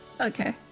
Okay